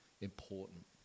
important